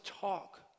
talk